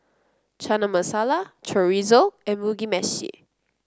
Chana Masala Chorizo and Mugi Meshi